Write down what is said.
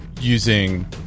using